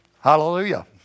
Hallelujah